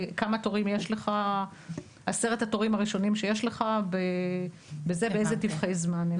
מה עשרת התורים הראשונים שיש לך ובאילו טווחי זמן הם?